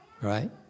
right